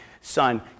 son